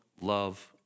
love